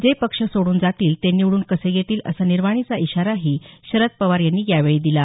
जे पक्ष सोडून जातील ते निवडून कसे येतील असं निर्वाणीचा इशाराही शरद पवार यांनी यावेळी दिला